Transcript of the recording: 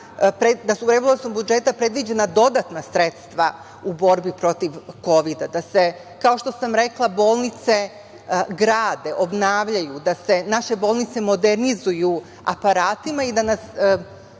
da su rebalansom budžeta predviđena dodatna sredstva u borbi protiv Kovida. Kao što sam rekla, bolnice se grade, obnavljaju, da se naše bolnice modernizuju aparatima i da sve